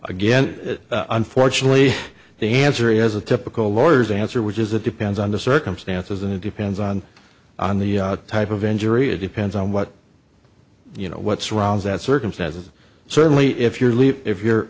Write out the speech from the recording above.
again unfortunately the answer is a typical lawyers answer which is it depends on the circumstances and it depends on on the type of injury it depends on what you know what surrounds that circumstances certainly if you're leaving if you're